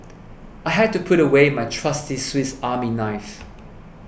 I had to put away my trusty Swiss Army knife